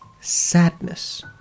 sadness